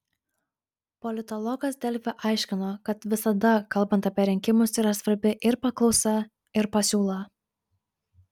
politologas delfi aiškino kad visada kalbant apie rinkimus yra svarbi ir paklausa ir pasiūla